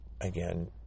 Again